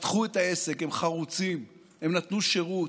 פתחו את העסק, הם חרוצים, הם נתנו שירות.